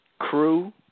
crew